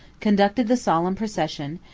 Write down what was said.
conducted the solemn procession,